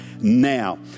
Now